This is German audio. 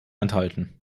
enthalten